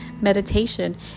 meditation